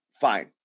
Fine